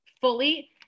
fully